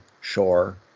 Shore